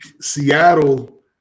seattle